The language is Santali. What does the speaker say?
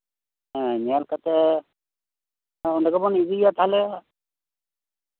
ᱦᱮᱸ ᱧᱮᱞ ᱠᱟᱛᱮᱫ ᱚᱸᱰᱮ ᱜᱮᱵᱚᱱ ᱤᱫᱤᱭᱮᱭᱟ ᱛᱟᱦᱞᱮ